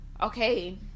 Okay